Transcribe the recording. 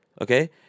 Okay